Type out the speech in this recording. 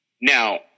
Now